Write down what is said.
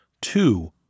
Two